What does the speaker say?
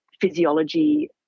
physiology